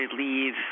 leave